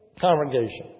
congregation